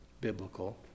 biblical